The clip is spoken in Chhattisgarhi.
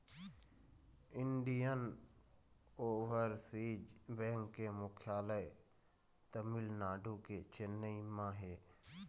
इंडियन ओवरसीज बेंक के मुख्यालय तमिलनाडु के चेन्नई म हे